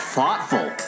Thoughtful